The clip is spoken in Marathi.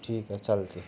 ठीक आहे चालते